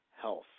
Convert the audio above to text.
health